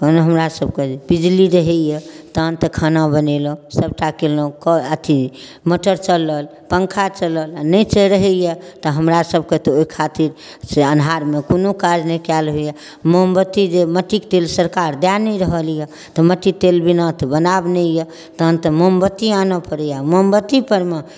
एखन हमरासभके बिजली रहैए तहन तऽ खाना बनेलहुँ सबटा केलहुँ कऽ अथी मोटर चलल पंखा चलल आओर नहि रहैए तऽ हमरासभके तऽ ओहि खातिर से अन्हारमे कोनो काज नहि कएल होइए मोमबत्ती जे मट्टीके तेल सरकार दऽ नहि रहल अइ तऽ मट्टी तेल बिना तऽ बनाएब नहि अइ तहन तऽ मोमबत्ती आनऽ पड़ैए मोमबत्तीपरमे